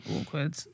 awkward